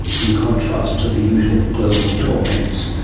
in contrast to the usual global torments.